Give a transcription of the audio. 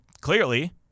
clearly